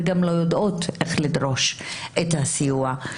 וגם לא יודעות איך לדרוש את הסיוע.